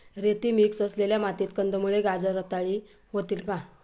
रेती मिक्स असलेल्या मातीत कंदमुळे, गाजर रताळी होतील का?